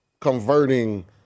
converting –